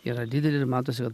yra didelė ir matosi kad